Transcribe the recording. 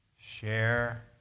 Share